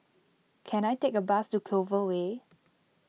can I take a bus to Clover Way